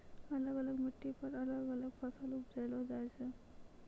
अलग अलग मिट्टी पर अलग अलग फसल उपजैलो जाय छै